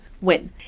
win